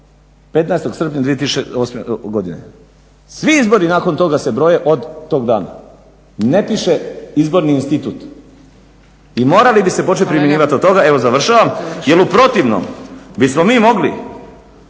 15. srpnja 2008. godine. Svi izbori nakon toga se broje od tog dana. Ne piše izborni institut i morali bi se početi primjenjivati od toga, evo završavam, jer u protivnom bismo mi mogli